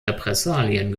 repressalien